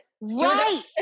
Right